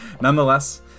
nonetheless